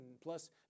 plus